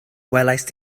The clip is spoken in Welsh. welaist